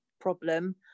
problem